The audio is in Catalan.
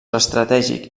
estratègic